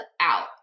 out